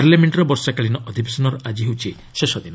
ପାର୍ଲାମେଣ୍ଟର ବର୍ଷାକାଳୀନ ଅଧିବେଶନର ଆଜି ହେଉଛି ଶେଷ ଦିନ